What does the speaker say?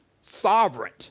Sovereign